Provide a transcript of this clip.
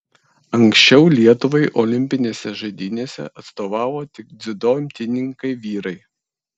anksčiau lietuvai olimpinėse žaidynėse atstovavo tik dziudo imtynininkai vyrai